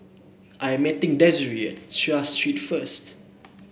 I am meeting Desiree at Seah Street first